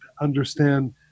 understand